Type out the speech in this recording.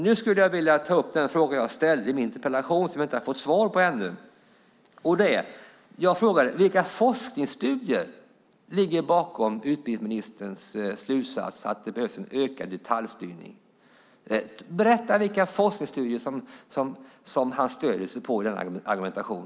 Nu skulle jag vilja ta upp den fråga jag ställde i min interpellation som jag inte fått svar på ännu. Vilka forskningsstudier ligger bakom utbildningsministerns slutsats att det behövs en ökad detaljstyrning? Berätta vilka forskningsstudier som du stöder dig på i denna argumentation!